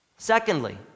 Secondly